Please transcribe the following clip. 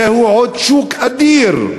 זהו עוד שוק אדיר,